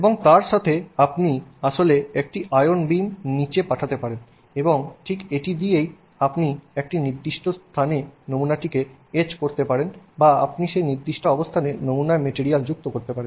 এবং তার সাথে আপনি আসলে একটি আয়ন বীম নীচে পাঠাতে পারেন এবং ঠিক এটি দিয়েই আপনি একটি নির্দিষ্ট স্থানে নমুনাকে এচ করতে পারেন বা আপনি সেই নির্দিষ্ট অবস্থানে নমুনায় মেটিরিয়াল যুক্ত করতে পারেন